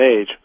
age